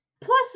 Plus